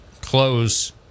close